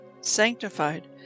sanctified